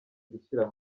gushyira